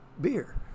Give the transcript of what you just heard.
beer